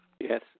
Yes